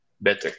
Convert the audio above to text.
better